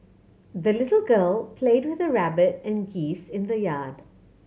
the little girl played with her rabbit and geese in the yard